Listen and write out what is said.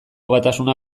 batasuna